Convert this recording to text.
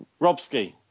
Robski